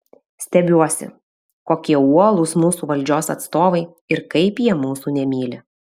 stebiuosi kokie uolūs mūsų valdžios atstovai ir kaip jie mūsų nemyli